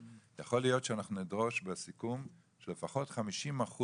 אבל יכול להיות שאנחנו נדרוש בסיכום שלפחות 50%